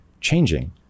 changing